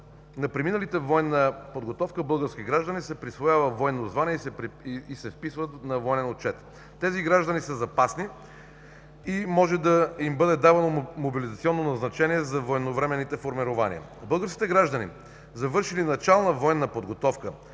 На преминалите военна подготовка български граждани се присвоява военно звание и се вписват на военен отчет. Тези граждани са запасни и може да им бъде давано мобилизационно назначение за военновременните формирования. Българските граждани, завършили начална военна подготовка,